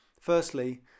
Firstly